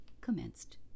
commenced